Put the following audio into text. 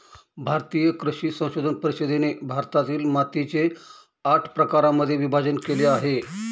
भारतीय कृषी संशोधन परिषदेने भारतातील मातीचे आठ प्रकारांमध्ये विभाजण केले आहे